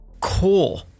Cool